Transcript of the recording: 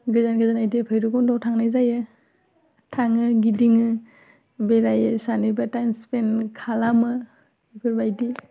गेजेर गेजेर बिदि भैरखुन्डआव थांनाय जायो थाङो गिदिङो बेरायो सानैबो टाइम स्पेन्द खालामो बेफोरबायदि